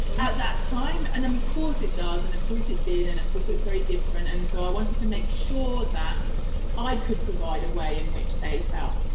at that time and um of course it does and of course it did and of course it was very different and so i wanted to make sure that i could provide a way in which they felt